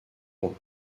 point